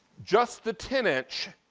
just the ten inch,